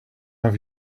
have